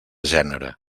gènere